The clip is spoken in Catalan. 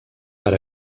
per